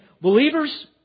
believers